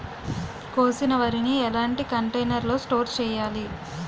కోసిన వరిని ఎలాంటి కంటైనర్ లో స్టోర్ చెయ్యాలి?